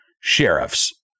sheriffs